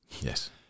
Yes